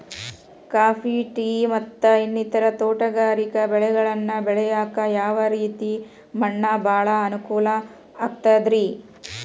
Coffee, tea, ಮತ್ತ ಇನ್ನಿತರ ತೋಟಗಾರಿಕಾ ಬೆಳೆಗಳನ್ನ ಬೆಳೆಯಾಕ ಯಾವ ರೇತಿ ಮಣ್ಣ ಭಾಳ ಅನುಕೂಲ ಆಕ್ತದ್ರಿ?